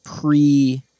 pre